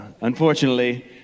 Unfortunately